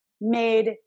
made